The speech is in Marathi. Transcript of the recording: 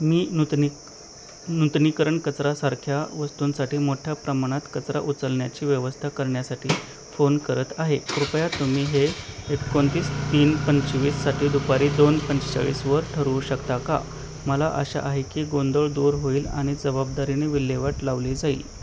मी नूतनी नूतनीकरण कचरासारख्या वस्तूंसाठी मोठ्या प्रमाणात कचरा उचलण्याची व्यवस्था करण्यासाठी फोन करत आहे कृपया तुम्ही हे एकोणतीस तीन पंचवीससाठी दुपारी दोन पंचेचाळीसवर ठरवू शकता का मला आशा आहे की गोंधळ दूर होईल आणि जबाबदारीने विल्हेवाट लावली जाईल